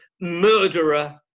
murderer